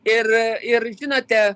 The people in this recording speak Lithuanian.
ir ir žinote